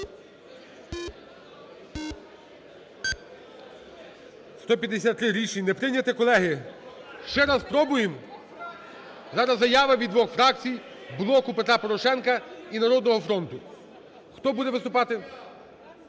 за. Рішення не прийняте. Колеги, ще раз спробуєм? Зараз заява від двох фракцій: "Блоку Петра Порошенка" і "Народного фронту", хто буде виступати?